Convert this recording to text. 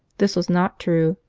this was not true,